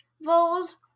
voles